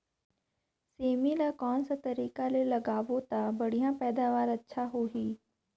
सेमी ला कोन सा तरीका ले लगाबो ता बढ़िया पैदावार अच्छा होही?